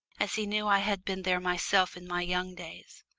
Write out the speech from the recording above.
as he knew i had been there myself in my young days.